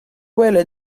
welet